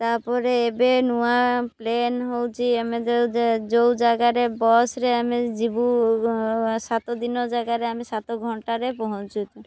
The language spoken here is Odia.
ତା'ପରେ ଏବେ ନୂଆ ପ୍ଲେନ୍ ହେଉଛି ଆମେ ଯେଉଁ ଜାଗାରେ ବସ୍ରେ ଆମେ ଯିବୁ ସାତ ଦିନ ଜାଗାରେ ଆମେ ସାତ ଘଣ୍ଟାରେ ପହଞ୍ଚୁ